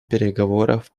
переговоров